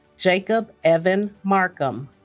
jacob evan marcum